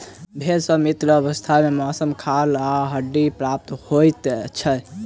भेंड़ सॅ मृत अवस्था मे मौस, खाल आ हड्डी प्राप्त होइत छै